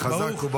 חזק וברוך.